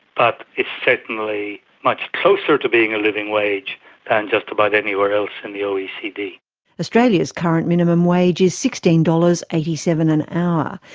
but it's certainly much closer to being a living wage than just about anywhere else in the oecd. australia's current minimum wage is sixteen dollars. eighty seven an hour.